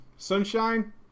Sunshine